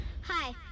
Hi